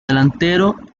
delantero